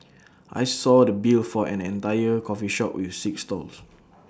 I saw the bill for an entire coffee shop with six stalls